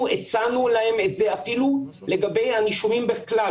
אנחנו הצענו להם את זה אפילו לגבי הנישומים בכלל,